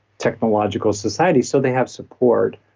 technological society. so they have support.